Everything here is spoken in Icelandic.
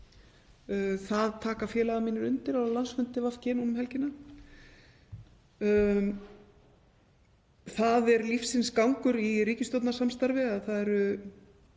Það taka félagar mínir undir á landsfundi VG núna um helgina. Það er lífsins gangur í ríkisstjórnarsamstarfi að það eru